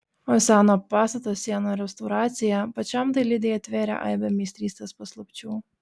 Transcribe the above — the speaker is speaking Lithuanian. o seno pastato sienų restauracija pačiam dailidei atvėrė aibę meistrystės paslapčių